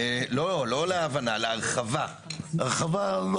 לא, לא, להבנה, להרחבה.